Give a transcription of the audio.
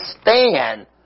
stand